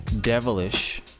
devilish